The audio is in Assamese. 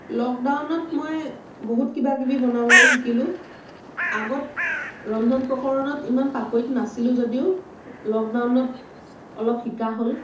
লকডাউনত মই বহুত কিবা কিবি বনাবলৈ শিকিলোঁ আগত ৰন্ধন প্ৰকৰণত ইমান পাকৈত নাছিলোঁ যদিও লকডাউনত অলপ শিকা হ'ল